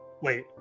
Wait